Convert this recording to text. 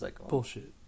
Bullshit